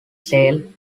sale